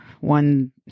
one